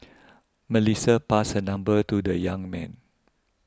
Melissa passed her number to the young man